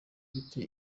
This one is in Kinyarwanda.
gute